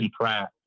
pratt